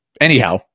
anyhow